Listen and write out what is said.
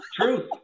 True